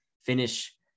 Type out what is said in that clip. finish